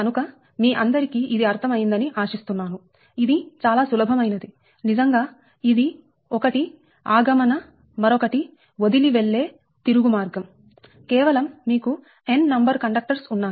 కనుక మీ అందరికీ ఇది అర్థం అయింది అని ఆశిస్తున్నాను ఇది చాలా సులభమైనది నిజంగా ఇది ఒకటి ఆగమన మరొకటి వదిలి వెళ్లే తిరుగు మార్గం కేవలం మీకు n నంబర్ కండక్టర్స్ ఉన్నాయి